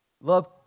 Love